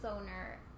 owner